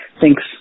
Thanks